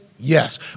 Yes